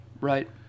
Right